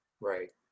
right